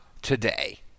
today